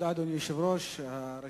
אדוני היושב-ראש, תודה.